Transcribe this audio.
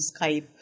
Skype